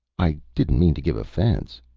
i didn't mean to give offence,